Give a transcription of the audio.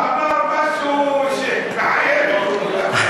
הוא אמר משהו שמחייב תגובה.